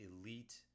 elite